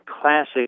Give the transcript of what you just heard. classic